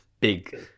big